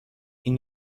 این